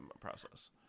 process